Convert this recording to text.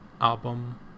album